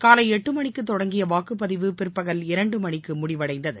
காலை எட்டு மணிக்கு தொடங்கிய வாக்குப் பதிவு பிற்பகல் இரண்டு மணிக்கு முடிவடைந்தது